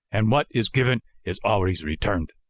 and what is given is always returned.